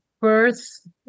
birth